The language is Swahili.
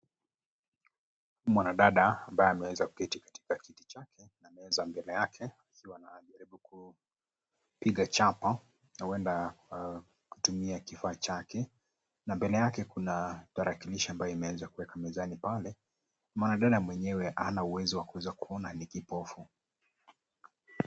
Mwanadada ambaye ameweza kuketi katika kiti chake na meza mbele yake akiwa anajaribu kupiga chapa huenda kutumia kifaa chake na mbele yake kuna tarakilishi ambayo imeweza kuekwa mezani pale. Mwanadada mwenyewe hana uwezo wa kuweza kuona ni kipofu.